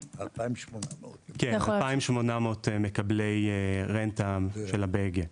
יש 2800 מקבלי רנטה של ה-BEG.